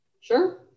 sure